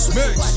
mix